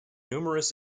numerous